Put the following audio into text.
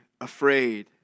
afraid